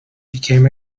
became